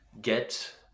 get